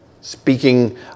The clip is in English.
Speaking